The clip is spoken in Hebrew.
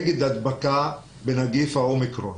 נגד הדבקה בנגיף ה-אומיקרון.